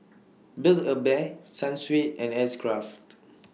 Build A Bear Sunsweet and X Craft